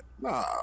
Nah